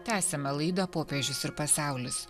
tęsiame laidą popiežius ir pasaulis